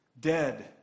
dead